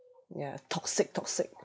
ya toxic toxic